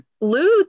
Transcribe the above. Lou